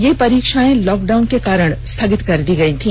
ये परीक्षाएं लॉकडाउन के कारण स्थगित कर दी गई थी